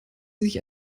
sich